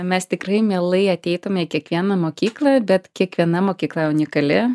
mes tikrai mielai ateitume į kiekvieną mokyklą bet kiekviena mokykla unikali